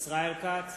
ישראל כץ,